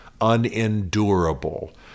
unendurable